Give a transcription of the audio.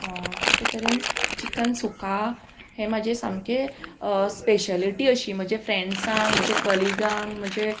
तशें तरेन चिकन सुका हें म्हाजें सामकें स्पेशलिटी अशी म्हजे फ्रँड्सांक म्हजे कलिगांक म्हजे